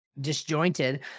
disjointed